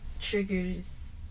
triggers